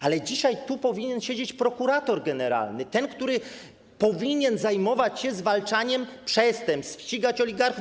Ale dzisiaj tu powinien siedzieć prokurator generalny, ten, który powinien zajmować się zwalczaniem przestępstw, ścigać oligarchów.